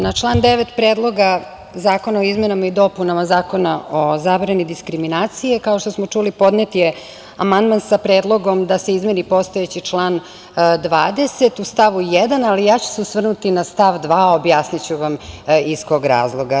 Na član 9. Predloga zakona o izmenama i dopunama Zakona o zabrani diskriminacije, kao što smo čuli, podnet je amandman sa predlogom da se izmeni postojeći član 20. u stavu 1. ali osvrnuću se na stav 2. Objasniću iz kog razloga.